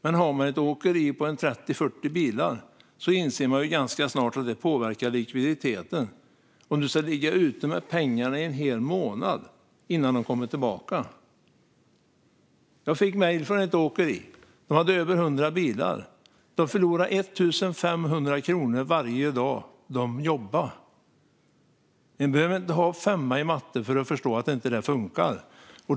Men har man ett åkeri på 30-40 bilar påverkas likviditeten om man ska ligga ute med pengarna en hel månad innan de kommer tillbaka. Det inser man ganska snart. Jag fick mejl från ett åkeri. De har över 100 bilar. De förlorar 1 500 kronor varje dag de jobbar. Man behöver inte ha femma i matte för att förstå att det inte funkar.